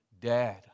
Dad